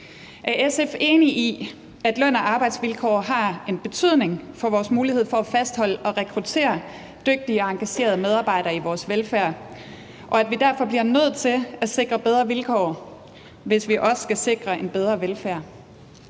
Er SF enig i, at løn- og arbejdsvilkår har en betydning for vores mulighed for at fastholde og rekruttere dygtige og engagerede medarbejdere inden for vores velfærd, og at vi derfor bliver nødt til at sikre bedre vilkår, hvis vi også skal sikre en bedre velfærd?